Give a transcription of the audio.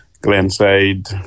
Glenside